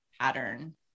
pattern